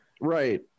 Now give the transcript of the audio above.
right